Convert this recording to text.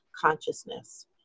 consciousness